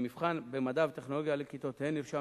במבחן במדע וטכנולוגיה לכיתות ה' נרשם